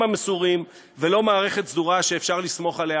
המסורים ולא מערכת סדורה שאפשר לסמוך עליה